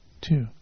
two